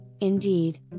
indeed